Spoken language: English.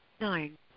Nine